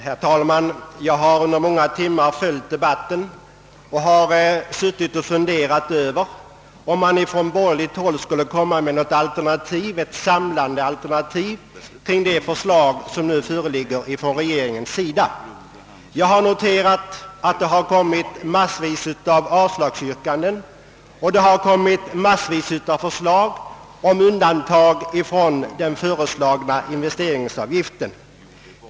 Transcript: Herr talman! Jag har under många timmar följt debatten och suttit och undrat om man från borgerligt håll skulle komma med ett samlande alternativ till det förslag som nu föreligger från regeringens sida. Jag har noterat att det har kommit massvis med avslagsyrkanden och massvis med förslag om undantag från den föreslagna investeringsavgiften.